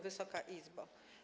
Wysoka Izbo!